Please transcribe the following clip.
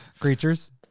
creatures